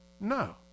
No